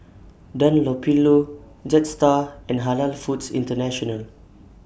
Dunlopillo Jetstar and Halal Foods International